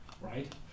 right